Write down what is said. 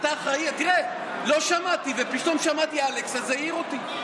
לא שמעתי ופתאום שמעתי "אלכס" זה העיר אותי,